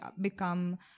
become